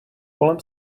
kolem